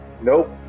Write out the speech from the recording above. nope